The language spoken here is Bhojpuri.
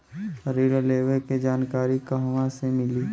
ऋण लेवे के जानकारी कहवा से मिली?